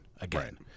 again